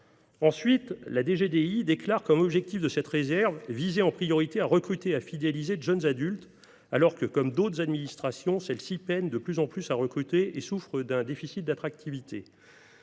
indirects (DGDDI) déclare, comme objectif de cette réserve, qu’elle veut en priorité recruter et fidéliser de jeunes adultes, alors que, comme d’autres administrations, elle peine de plus en plus à recruter et souffre d’un déficit d’attractivité.